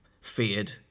feared